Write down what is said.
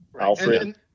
Alfred